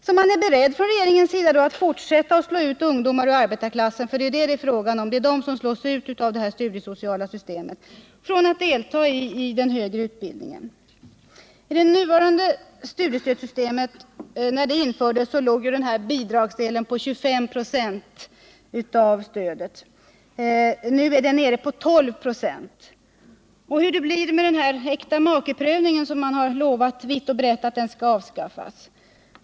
Regeringen är således beredd att fortsätta med att slå ut ungdomar som tillhör arbetarklassen — för det är ju dem det är fråga om; det är de som slås ut av det nuvarande studiesociala systemet — och hindra dem från att delta i den högre När det nuvarande studiestödssystemet infördes låg bidragsdelen på 25 96 av stödet. Nu är den nere på 12 96. Och hur blir det med äktamakeprövningen, som man vitt och brett har lovat skall avskaffas?